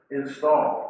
install